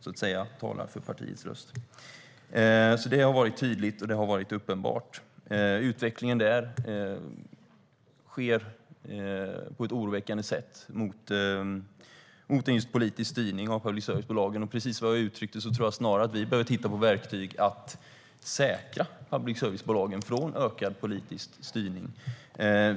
Det har alltså varit tydligt, och det har varit uppenbart. Utvecklingen i Polen, just mot en politisk styrning av public service-bolagen, är oroväckande. Och precis som jag uttryckte tidigare tror jag att vi snarare behöver titta på verktyg för att säkra public service-bolagen från ökad politisk styrning.